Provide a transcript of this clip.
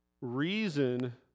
reason